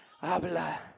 habla